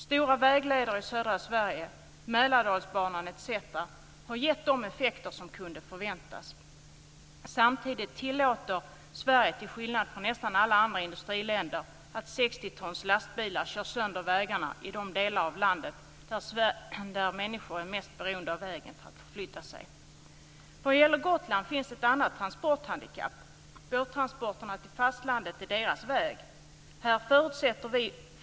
Stora vägleder i södra Sverige, Mälardalsbanan etc. har gett de effekter som kunde förväntas. Samtidigt tillåter Sverige till skillnad från nästan alla andra industriländer att 60 tons lastbilar kör sönder vägarna i de delar av landet där människor är mest beroende av vägen för att förflytta sig. Vad gäller Gotland finns ett annat transporthandikapp. Båttransporterna till fastlandet är gotlänningarnas väg.